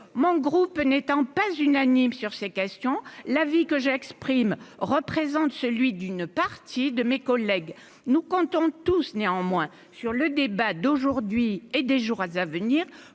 mon groupe n'étant pas unanimes sur ces questions, la vie que j'exprime représente celui d'une partie de mes collègues, nous comptons tous néanmoins sur le débat d'aujourd'hui et des jours à l'avenir